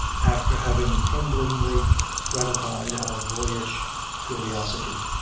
after having tremblingly gratified our boyish curiosity.